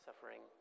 suffering